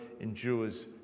endures